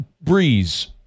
Breeze